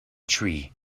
tree